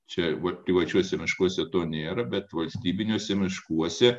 čia vat privačiuose miškuose to nėra bet valstybiniuose miškuose